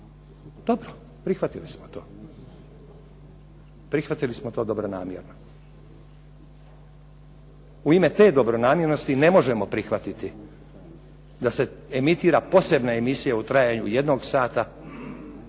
Dobro, prihvatili smo to. Prihvatili smo to dobronamjerno. U ime te dobronamjernosti ne možemo prihvatiti da se emitira posebna emisija u trajanju jednog sata